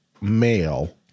male